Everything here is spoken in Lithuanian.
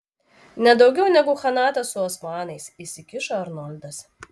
nedaugiau negu chanatas su osmanais įsikišo arnoldas